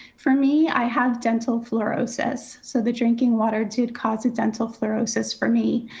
for me, i have dental fluorosis. so the drinking water did cause a dental fluorosis for me.